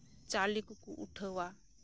ᱪᱟᱣᱞᱮ ᱠᱚᱠᱚ ᱩᱴᱷᱟᱹᱣᱟ